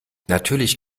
natürlich